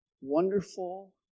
wonderful